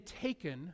taken